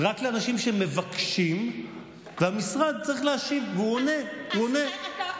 הבאנו שמ"זים, וזה עדיין לא מספיק.